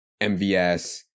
MVS